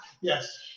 Yes